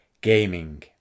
Gaming